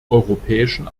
europäischen